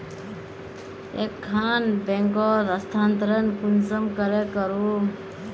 एक खान बैंकोत स्थानंतरण कुंसम करे करूम?